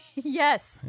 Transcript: Yes